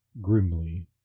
grimly